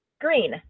green